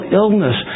illness